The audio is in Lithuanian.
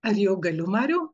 ar jau galiu mariau